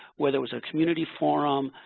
whether it was a community forum.